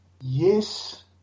yes